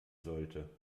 sollte